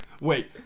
Wait